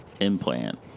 implant